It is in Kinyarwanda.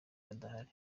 badahari